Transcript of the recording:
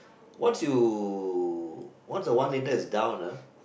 once you once a while later it's down ah